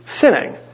sinning